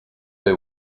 they